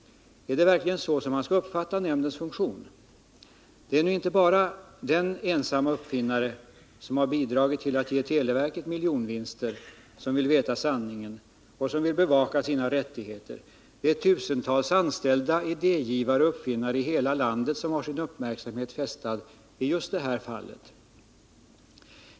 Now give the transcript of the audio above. Är det verkligen så man skall uppfatta nämndens funktion? Det är inte bara den ensamme uppfinnaren som bidragit till att ge televerket miljonvinster som vill veta sanningen och bevaka sina rättigheter. Tusentals anställda idégivare och uppfinnare i hela landet har sin uppmärksamhet riktad på just detta fall.